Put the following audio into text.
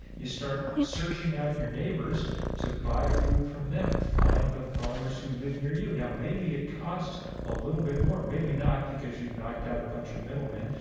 you start searching out your neighbors to buy food from them. find the farmers who live near you. now maybe it costs a little bit more. maybe not, because you've knocked out a bunch of middlemen,